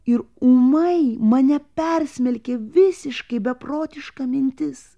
ir ūmai mane persmelkė visiškai beprotiška mintis